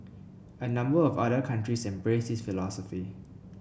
a number of other countries embrace this philosophy